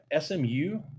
SMU